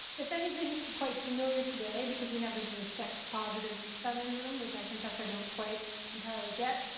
if anything, quite familiar today because we have this sort of sex positive feminism, which i confess i don't quite entirely get,